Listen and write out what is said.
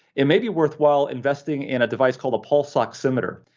it may be worthwhile investing in a device called a pulse oximeter.